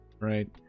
right